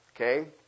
Okay